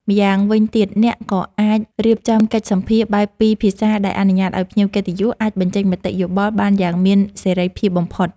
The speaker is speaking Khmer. ម្យ៉ាងវិញទៀតអ្នកក៏អាចរៀបចំកិច្ចសម្ភាសន៍បែបពីរភាសាដែលអនុញ្ញាតឱ្យភ្ញៀវកិត្តិយសអាចបញ្ចេញមតិយោបល់បានយ៉ាងមានសេរីភាពបំផុត។